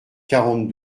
quarante